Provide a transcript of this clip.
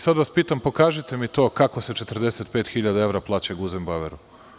Sada vas pitam, pokažite mi to kako se 45.000 evra plaćaju Guzem Baueru?